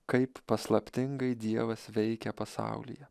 kaip paslaptingai dievas veikia pasaulyje